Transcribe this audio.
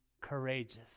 courageous